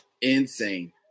insane